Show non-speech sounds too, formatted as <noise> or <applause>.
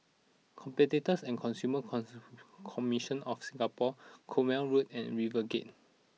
Competitors and Consumer <unintelligible> Commission of Singapore Cornwall Road and RiverGate